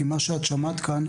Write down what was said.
כי מה שאת שמעת כאן,